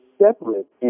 separate